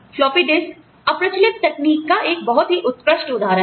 floppy disk अप्रचलित तकनीक का बहुत ही उत्कृष्ट उदाहरण है